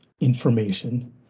information